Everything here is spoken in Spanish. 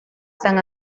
san